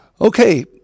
okay